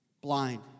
blind